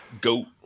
Goat